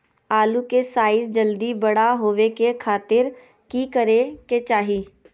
आलू के साइज जल्दी बड़ा होबे के खातिर की करे के चाही?